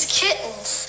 kittens